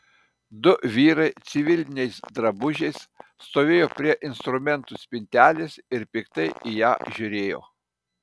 du vyrai civiliniais drabužiais stovėjo prie instrumentų spintelės ir piktai į ją žiūrėjo